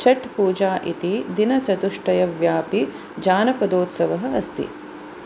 छठ् पूजा इति दिनचतुष्टयव्यापी जानपदोत्सवः अस्ति